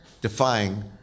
defying